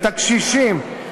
את הקשישים,